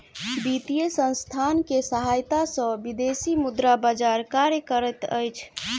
वित्तीय संसथान के सहायता सॅ विदेशी मुद्रा बजार कार्य करैत अछि